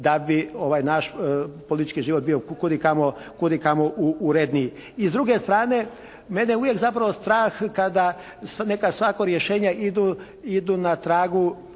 da bi ovaj naš politički život bio kudikamo uredniji. I s druge strane mene je uvijek zapravo strah kada, neka, svako rješenje idu na tragu,